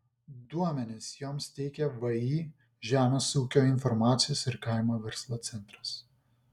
duomenis joms teikia vį žemės ūkio informacijos ir kaimo verslo centras